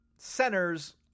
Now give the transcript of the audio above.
centers